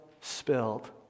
spilled